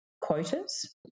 quotas